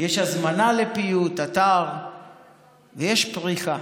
יש אתר "הזמנה לפיוט" ויש פריחה,